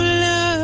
love